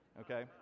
Okay